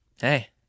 Hey